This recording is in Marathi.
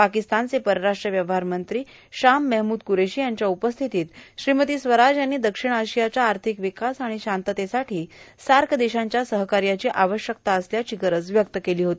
पर्याकस्तानचे परराष्ट्र व्यवहार मंत्री शाह मेहमूद कुरेशी यांच्या उपस्थितीत श्रीमती स्वराज यांनी दक्षिण आर्शियाच्या आर्शिक र्विकास आर्शिण शांततेसाठी साक देशांच्या सहाकाऱ्याची आवश्यकता असल्याची गरज व्यक्त केला होती